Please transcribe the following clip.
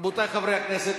רבותי חברי הכנסת,